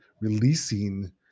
releasing